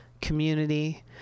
community